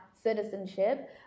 citizenship